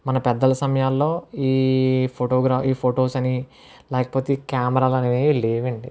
మన పెద్దల సమయాలలో ఈ ఫొటోగ్రా ఈ ఫోటోస్ అని లేకపోతే ఈ కెమెరాలు అనేవి లేవండి